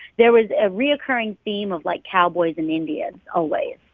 there was a recurring theme of, like, cowboys and indians always,